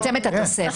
לצמצם את התוספת.